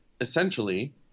Essentially